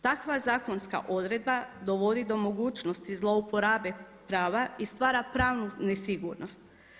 Takva zakonska odredba dovodi do mogućnosti zlouporabe prava i stvara pravnu nesigurnost.